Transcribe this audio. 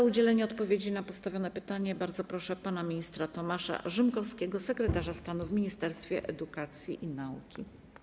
O udzielenie odpowiedzi na postawione pytania bardzo proszę pana ministra Tomasza Rzymkowskiego, sekretarza stanu w Ministerstwie Edukacji i Nauki.